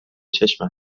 چشم